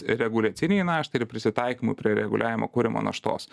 reguliacinei naštai ir prisitaikymui prie reguliavimo kuriamo naštos